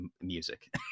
music